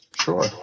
Sure